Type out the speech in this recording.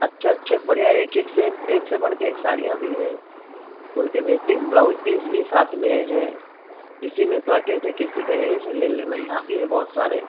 अच्छे अच्छे बढ़िया एक एक से एक से बढ़ कर एक साड़ियाँ भी हैं उनके मेचिंग ब्लाउज पीस भी साथ में हैं किसी में तो अटेच है किसी का यहीं से ले लेना यहाँ भी हैं बहुत सारे